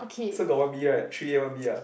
so got one B right three A one B ah